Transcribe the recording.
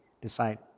decide